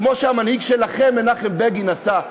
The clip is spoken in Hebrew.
כמו שהמנהיג שלכם מנחם בגין עשה.